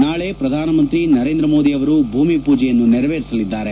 ನಾಳೆ ಪ್ರಧಾನಮಂತ್ರಿ ನರೇಂದ್ರ ಮೋದಿ ಅವರು ಭೂಮಿ ಪೂಜೆಯನ್ನು ನೆರವೇರಿಸಲಿದ್ದಾರೆ